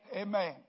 Amen